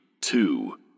two